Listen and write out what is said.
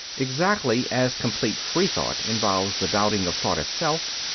exactly as complete free thought involves the doubting of thought itself,